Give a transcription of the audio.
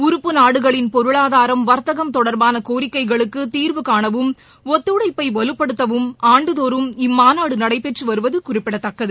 உறுப்பு நாடுகளின் பொருளாதாரம் வர்த்தகம் தொடர்பாள கோரிக்கைகளுக்கு தீர்வு காணவும் ஒத்துழைப்பை வலுப்படுத்தவும் ஆண்டுதோறும் இம்மாநாடு நடைபெற்று வருவது குறிப்பிடத்தக்கது